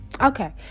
Okay